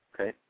Okay